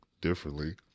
differently